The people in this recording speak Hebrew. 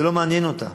זה לא מעניין אותה.